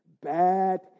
bad